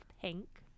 pink